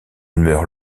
meurt